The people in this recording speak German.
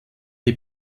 die